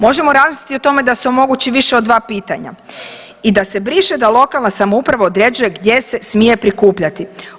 Možemo razmisliti o tome da se omogući više od dva pitanja i da se briše da lokalna samouprava određuje gdje se smije prikupljati.